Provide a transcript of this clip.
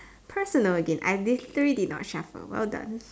personal again I literally did not shuffle well done